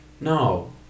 No